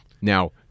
Now